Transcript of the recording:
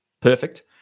Perfect